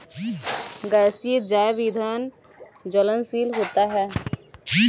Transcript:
गैसीय जैव ईंधन ज्वलनशील होता है